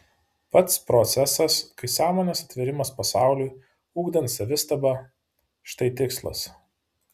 pats procesas kaip sąmonės atvėrimas pasauliui ugdant savistabą štai tikslas